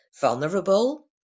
vulnerable